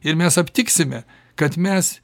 ir mes aptiksime kad mes